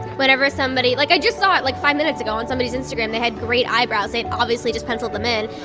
whenever somebody like, i just saw it like five minutes ago on somebody's instagram. they had great eyebrows. they had obviously just penciled them in.